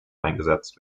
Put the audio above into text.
eingesetzt